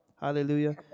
Hallelujah